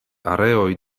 areoj